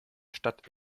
stadt